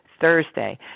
Thursday